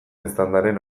eztandaren